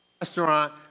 restaurant